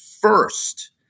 first